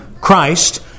Christ